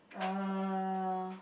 uh